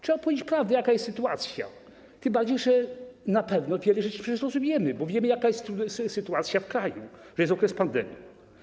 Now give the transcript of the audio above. Trzeba powiedzieć prawdę, jaka jest sytuacja, tym bardziej że na pewno wiele rzeczy przecież zrozumiemy, bo wiemy, jaka jest sytuacja w kraju, że jest okres pandemii.